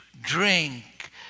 drink